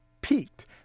peaked